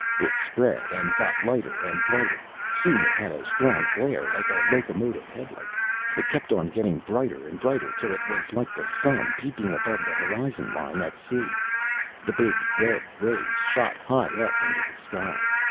it spread, and got lighter and brighter soon it had a strong glare like a locomotive headlight it kept on getting brighter and brighter till it was like the sun peeping above the horizon-line at sea the big red rays shot high up into the sky.